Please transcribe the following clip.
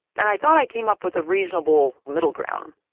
and i thought i came up with a reasonable middle ground.